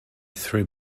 threw